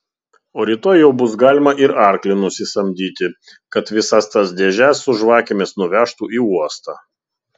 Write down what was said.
o rytoj jau bus galima ir arklį nusisamdyti kad visas tas dėžes su žvakėmis nuvežtų į uostą